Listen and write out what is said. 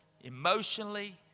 emotionally